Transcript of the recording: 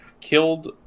killed